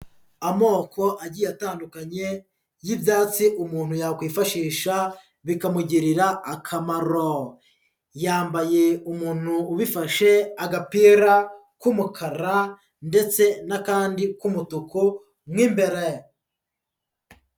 Amoko agiye atandukanye y'ibyatsi umuntu yakwifashisha bikamugirira akamaro, yambaye umuntu ubifashe agapira k'umukara ndetse n'akandi k'umutuku mu imbere.